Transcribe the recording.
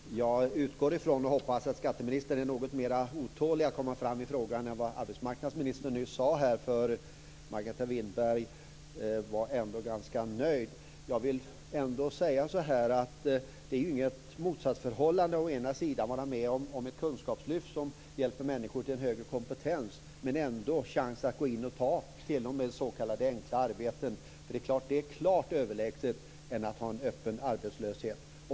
Fru talman! Jag utgår ifrån och hoppas på att skatteministern är något mera otålig att komma fram i frågan än vad arbetsmarknadsministern nyss sade. Margareta Winberg var ganska nöjd. Men jag vill säga så här: Det är inget motsatsförhållande mellan att å ena sidan vara med om ett kunskapslyft som hjälper människor till en högre kompetens och å andra sidan ge människor en chans att gå in och ta även s.k. enkla arbeten. Det sistnämnda är förstås klart överlägset en öppen arbetslöshet.